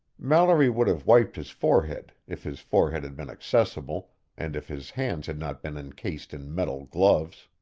mallory would have wiped his forehead if his forehead had been accessible and if his hands had not been encased in metal gloves.